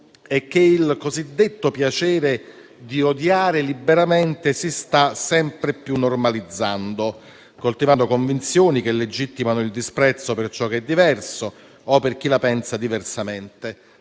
è che il cosiddetto piacere di odiare liberamente si sta sempre più normalizzando, coltivando convinzioni che legittimano il disprezzo per ciò che è diverso o per chi la pensa diversamente.